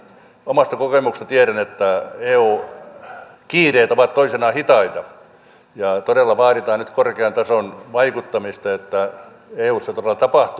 omasta kokemuksesta tiedän että eu kiireet ovat toisinaan hitaita ja todella vaaditaan nyt korkean tason vaikuttamista että eussa todella tapahtuu